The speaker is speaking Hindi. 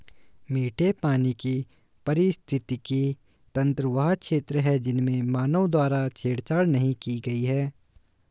मीठे पानी का पारिस्थितिकी तंत्र वह क्षेत्र है जिसमें मानव द्वारा छेड़छाड़ नहीं की गई है